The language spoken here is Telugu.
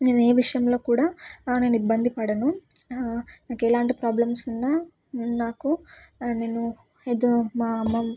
నేనే ఏ విషయంలో కూడా నేను ఇబ్బంది పడను నాకు ఎలాంటి ప్రాబ్లమ్స్ ఉన్న నాకు నేను ఏదో మా అమ్మమ్